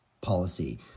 policy